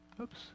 Oops